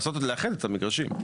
לאחד את המגרשים,